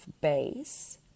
base